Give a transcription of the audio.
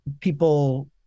people